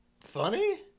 funny